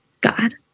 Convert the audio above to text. God